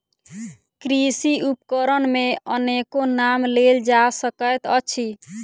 कृषि उपकरण मे अनेको नाम लेल जा सकैत अछि